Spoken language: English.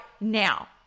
now